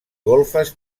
golfes